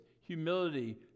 humility